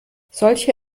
solche